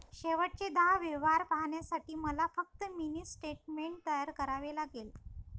शेवटचे दहा व्यवहार पाहण्यासाठी मला फक्त मिनी स्टेटमेंट तयार करावे लागेल